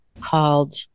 called